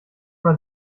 mal